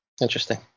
interesting